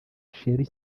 sherrie